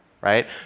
right